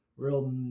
Real